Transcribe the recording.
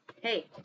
Hey